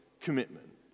commitment